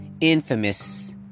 infamous